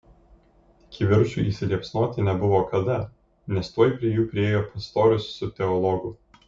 kivirčui įsiliepsnoti nebuvo kada nes tuoj prie jų priėjo pastorius su teologu